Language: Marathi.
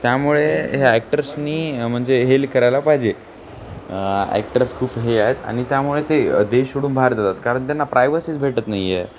त्यामुळे ह्या ॲक्टर्सनी म्हणजे हेल करायला पाहिजे ॲक्टर्स खूप हे आहेत आणि त्यामुळे ते देश सोडून बाहेर जातात कारण त्यांना प्रायव्हसीच भेटत नाही आहे